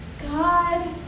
God